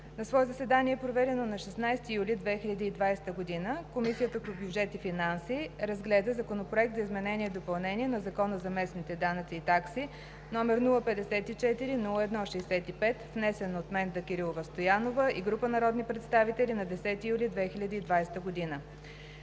На свое заседание, проведено на 16 юли 2020 г. Комисията по бюджет и финанси разгледа Законопроект за изменение и допълнение на Закона за местните данъци и такси, № 054-01-65,внесен от Менда Кирилова Стоянова и група народни представители на 10 юли 2020 г.